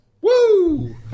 Woo